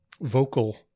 vocal